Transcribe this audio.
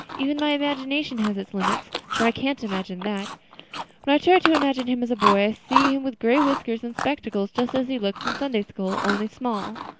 even my imagination has its limits, for i can't imagine that. when i try to imagine him as a boy i see him with gray whiskers and spectacles, just as he looks in sunday school, only small.